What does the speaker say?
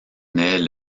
naît